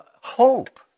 hope